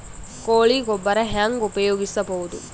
ಕೊಳಿ ಗೊಬ್ಬರ ಹೆಂಗ್ ಉಪಯೋಗಸಬಹುದು?